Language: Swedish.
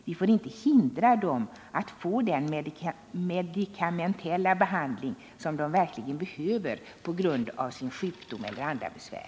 Vi får inte hindra dem att få den medikamentella behandling som de verkligen behöver på grund av sin sjukdom eller andra besvär.